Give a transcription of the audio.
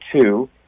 two